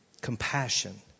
Compassion